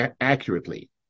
accurately